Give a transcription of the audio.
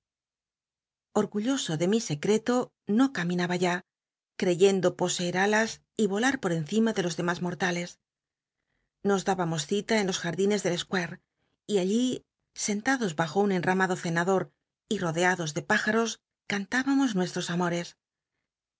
orgulloso de mi secreto no caminaba ya creyendo poseer alas y ol u por cima rle los demas mortales nos dábamos cita en los jardines del squarc y allí sentados bajo un enramado cenador y rodeados de p ijaros cant ibamos nueslros amores